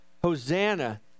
hosanna